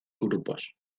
grupos